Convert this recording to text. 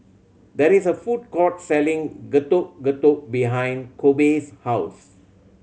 there is a food court selling Getuk Getuk behind Kobe's house